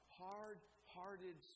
hard-hearted